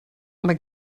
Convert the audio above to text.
mae